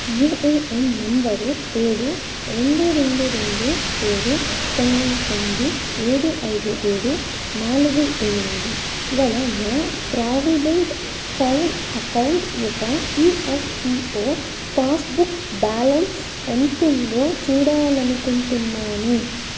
UAN number ఏడు రెండు రెండు రెండు ఏడు తొమ్మిది తొమ్మిది ఏడు ఐదు ఏడు నాలుగు ఎనిమిది గల నా ప్రావిడెంట్ ఫండ్ అకౌంట్ యొక్క ఈఎఫ్పిఓ పాస్బుక్ బ్యాలన్స్ ఎంత ఉందో చూడాలనుకుంటున్నాను